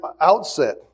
outset